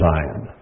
Zion